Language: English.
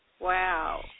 Wow